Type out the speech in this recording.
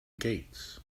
gates